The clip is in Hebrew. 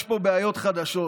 יש פה בעיות חדשות.